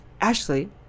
Ashley